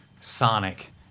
Sonic